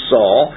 Saul